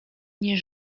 nie